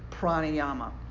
pranayama